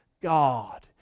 God